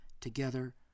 together